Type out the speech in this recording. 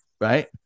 Right